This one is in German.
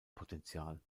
potential